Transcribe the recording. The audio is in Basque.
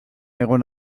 egon